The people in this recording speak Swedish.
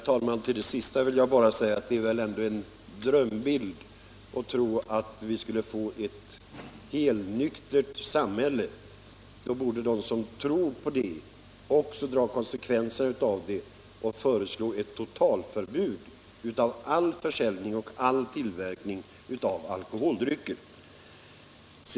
Herr talman! Det är väl ändå en dröm att tro att vi skulle kunna få ett helnyktert samhälle. De som tror detta borde dra konsekvenserna av det och föreslå ett totalförbud mot all försäljning och all tillverkning av alkoholdrycker.